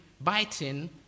biting